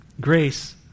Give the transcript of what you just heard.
grace